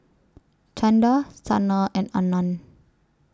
Chanda Sanal and Anand